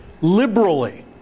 liberally